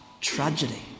tragedy